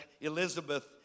Elizabeth